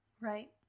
right